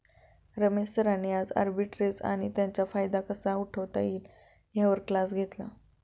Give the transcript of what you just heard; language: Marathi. रमेश सरांनी आज आर्बिट्रेज आणि त्याचा फायदा कसा उठवता येईल यावर क्लास घेतला